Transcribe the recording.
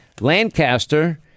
Lancaster